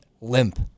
limp